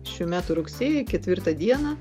šių metų rugsėjį ketvirtą dieną